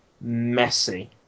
messy